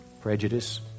prejudice